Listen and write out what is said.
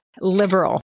liberal